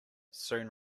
soon